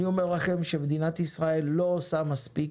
אני אומר לכם שמדינת ישראל לא עושה מספיק